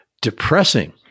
depressing